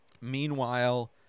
Meanwhile